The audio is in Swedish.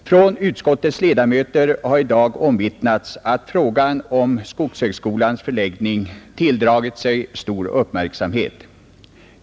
Från utskottets ledamöter har i dag omvittnats att frågan om skogshögskolans förläggning tilldragit sig stor uppmärksamhet.